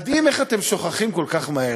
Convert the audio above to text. מדהים איך אתם שוכחים כל כך מהר.